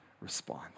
respond